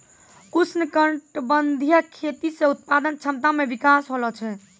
उष्णकटिबंधीय खेती से उत्पादन क्षमता मे विकास होलो छै